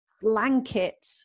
blanket